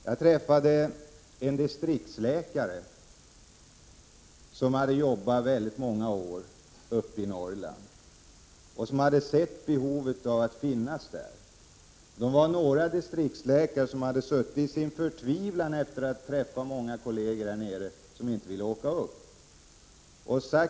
Jag träffade en distriktsläkare som hade jobbat många år uppe i Norrland och som hade sett behovet av att finnas där. Några distriktsläkare hade varit förtvivlade efter att ha träffat många kolleger här nere som inte ville åka upp.